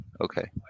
Okay